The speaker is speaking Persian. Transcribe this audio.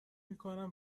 میکنم